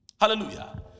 Hallelujah